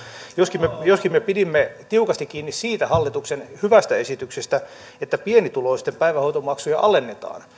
joskin me joskin me pidimme tiukasti kiinni siitä hallituksen hyvästä esityksestä että pienituloisten päivähoitomaksuja alennetaan